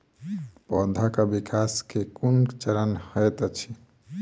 पौधाक विकास केँ केँ कुन चरण हएत अछि?